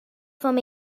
from